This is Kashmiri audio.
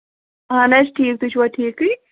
اَہن حظ ٹھیٖک تُہۍ چھُوا ٹھیٖکٕے